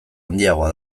handiagoa